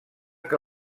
que